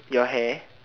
your hair